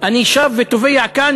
אני שב ותובע כאן,